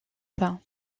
pas